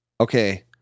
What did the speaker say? Okay